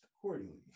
accordingly